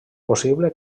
possible